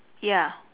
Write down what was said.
ya